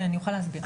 אני אסביר.